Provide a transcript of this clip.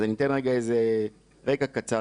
אז אני אתן רגע איזה רקע קצר,